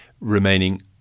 remaining